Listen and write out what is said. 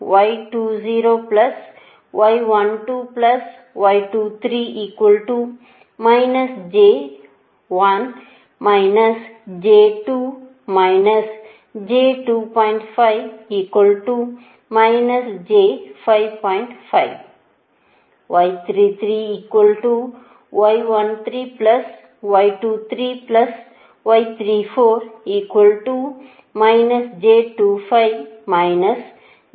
75 ஆக மாறும்